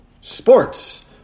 Sports